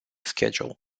schedule